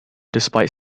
despite